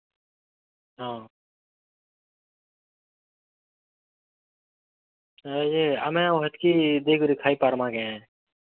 ହଁ ନାଇଯେ ଆମେ ହେତ୍କି ଦେଇ କରି ଖାଇପାର୍ମା କେଁ